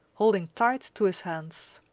holding tight to his hands.